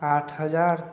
आठ हजार